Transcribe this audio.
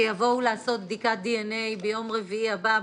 שיבואו לעשות בדיקת דנ"א ביום רביעי הבא,